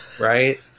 Right